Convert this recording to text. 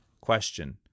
Question